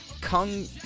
kung